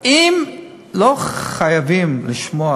אם לא חייבים לשמוע